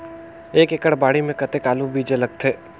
एक एकड़ बाड़ी मे कतेक आलू बीजा लगथे?